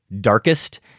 darkest